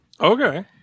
okay